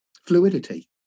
fluidity